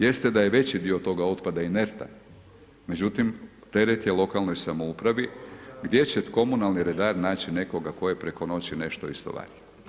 Jeste da je veći dio tog otpada inertan, međutim teret je lokalnoj samoupravi gdje će komunalni redar naći nekoga tko je preko noći nešto istovario.